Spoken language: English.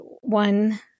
one